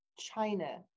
China